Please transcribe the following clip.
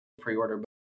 pre-order